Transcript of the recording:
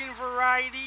Variety